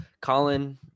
Colin